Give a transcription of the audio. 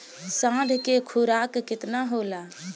साँढ़ के खुराक केतना होला?